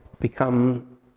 become